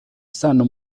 stanno